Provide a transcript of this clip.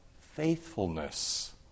faithfulness